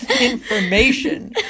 information